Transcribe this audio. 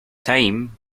time